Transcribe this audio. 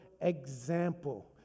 example